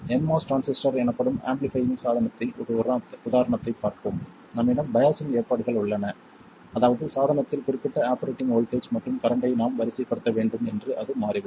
nMOS transistor எனப்படும் amplifying சாதனத்தை ஒரு உதாரணத்தைப் பார்ப்போம் நம்மிடம் பையாஸிங் ஏற்பாடுகள் உள்ளன அதாவது சாதனத்தில் குறிப்பிட்ட ஆபரேட்டிங் வோல்ட்டேஜ் மற்றும் கரண்ட்டை நாம் வரிசைப்படுத்த வேண்டும் என்று அது மாறிவிடும்